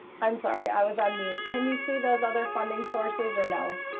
i'm sorry, i was on mute. can you see those other funding sources or no?